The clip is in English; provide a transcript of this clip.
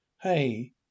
Hey